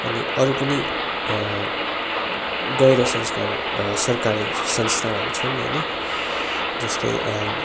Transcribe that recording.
अनि अरू पनि गैर संस्कार सरकारी संस्थाहरू छन् होइन जस्तै